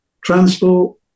transport